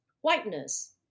whiteness